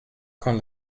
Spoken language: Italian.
con